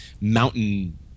mountain